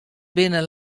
binne